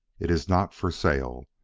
it is not for sale.